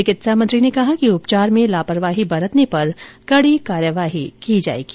चिकित्सा मंत्री ने कहा कि उपचार में लापरवाही बरतने पर कड़ी कार्यवाही की जायेगी